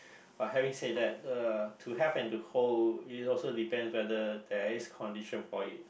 but having said that uh to have and to hold it also depend whether there is condition for it